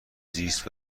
زیست